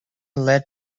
led